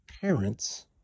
Parents